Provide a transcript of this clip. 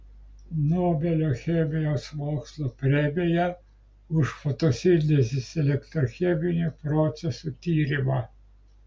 nobelio chemijos mokslų premija už fotosintezės elektrocheminių procesų tyrimą